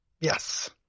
Yes